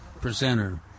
presenter